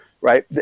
right